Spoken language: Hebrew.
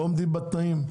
לא עומדים בתנאים,